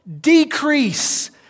decrease